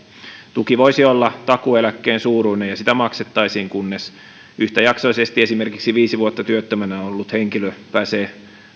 tuki voisi olla takuueläkkeen suuruinen ja sitä maksettaisiin kunnes yhtäjaksoisesti esimerkiksi viisi vuotta työttömänä ollut henkilö pääsee